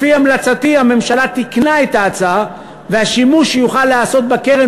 לפי המלצתי הממשלה תיקנה את ההצעה והשימוש שיוכל להיעשות בקרן